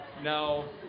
No